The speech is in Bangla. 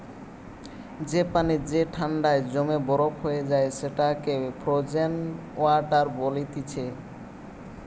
যে পানি যে ঠান্ডায় জমে বরফ হয়ে যায় সেটাকে ফ্রোজেন ওয়াটার বলতিছে